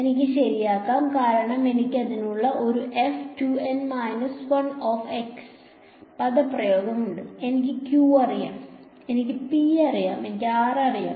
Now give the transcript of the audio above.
എനിക്ക് ശരിയാക്കാം കാരണം എനിക്ക് അതിനുള്ള ഒരു പദപ്രയോഗം ഉണ്ട് എനിക്ക് q അറിയാം എനിക്ക് p അറിയാം എനിക്ക് r അറിയാം